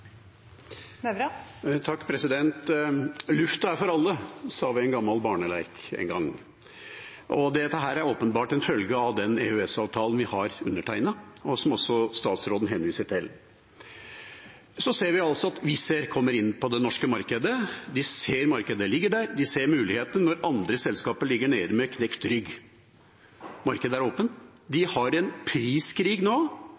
Nævra – til oppfølgingsspørsmål. Lufta er for alle, sa vi i en gammel barnelek en gang. Dette er åpenbart en følge av den EØS-avtalen vi har undertegnet, og som også statsråden henviser til. Så ser vi altså at Wizz Air kommer inn på det norske markedet. De ser markedet ligge der, de ser muligheter når andre selskaper ligger nede med knekt rygg. Markedet er åpent. De har en priskrig nå,